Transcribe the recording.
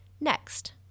Next